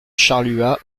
charluat